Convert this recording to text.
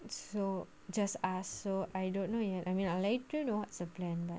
so just us so I don't know you know I mean I'll let you know what's the plan lah